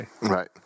Right